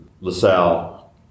LaSalle